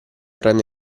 rende